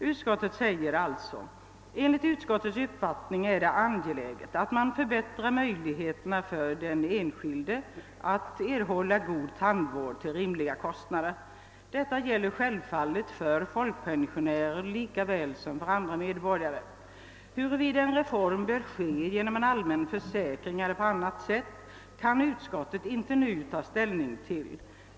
Utskottet skriver bl.a. följande: »Enligt utskottets uppfattning är det angeläget att man förbättrar möjligheterna för den enskilde att erhålla god tandvård till rimliga kostnader. Detta gäller självfallet för pensionärer lika väl som för andra medborgare. Huruvida en reform bör ske genom en allmän försäkring eller på annat sätt kan utskottet inte nu ta ställning till.